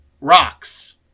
Rocks